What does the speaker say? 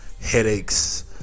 headaches